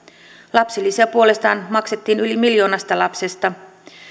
lapsilisää puolestaan maksettiin yli miljoonasta lapsesta